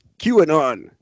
QAnon